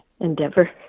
endeavor